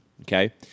okay